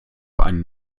einen